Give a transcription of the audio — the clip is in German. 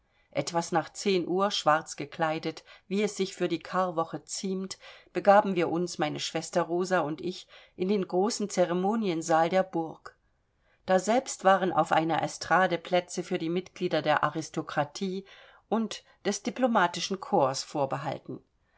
etwas nach zehn uhr schwarz gekleidet wie es sich für die karwoche ziemt begaben wir uns mein schwester rosa und ich in den großen ceremoniensaal der burg daselbst waren auf einer estrade plätze für die mitglieder der aristokratie und des diplomatischen korps vorbehalten